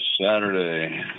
Saturday